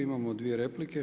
Imamo dvije replike.